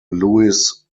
louis